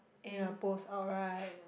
yeah post out right